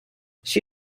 she